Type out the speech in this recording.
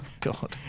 God